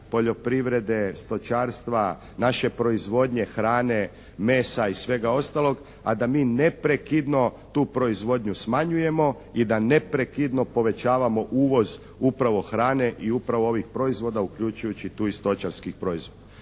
poljoprivrede, stočarstva, naše proizvodnje hrane, mesa i svega ostalog, a da mi neprekidno tu proizvodnju smanjujemo i da neprekidno povećavamo uvoz upravo hrane i upravo ovih proizvoda, uključujući tu i stočarski proizvod.